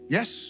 Yes